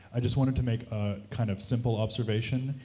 i just wanted to make ah kind of simple observation,